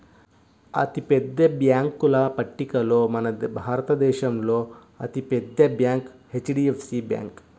అతిపెద్ద బ్యేంకుల పట్టికలో మన భారతదేశంలో అతి పెద్ద బ్యాంక్ హెచ్.డీ.ఎఫ్.సీ బ్యాంకు